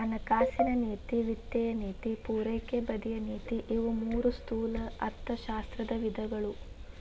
ಹಣಕಾಸಿನ ನೇತಿ ವಿತ್ತೇಯ ನೇತಿ ಪೂರೈಕೆ ಬದಿಯ ನೇತಿ ಇವು ಮೂರೂ ಸ್ಥೂಲ ಅರ್ಥಶಾಸ್ತ್ರದ ವಿಧಗಳು